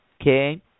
okay